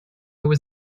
was